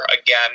again